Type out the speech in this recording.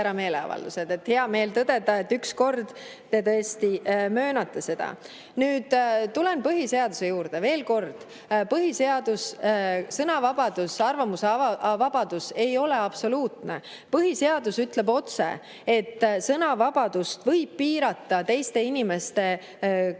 Heameel tõdeda, et ükskord te tõesti möönate seda. Nüüd tulen põhiseaduse juurde. Veel kord: sõnavabadus, arvamusvabadus ei ole absoluutne. Põhiseadus ütleb otse, et sõnavabadust võib piirata teiste inimeste au